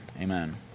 Amen